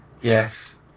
Yes